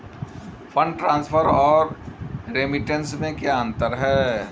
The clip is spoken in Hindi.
फंड ट्रांसफर और रेमिटेंस में क्या अंतर है?